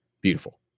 Beautiful